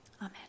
Amen